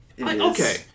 Okay